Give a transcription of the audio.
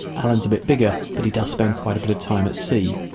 alan is a bit bigger but he does spend quite a bit of time at sea.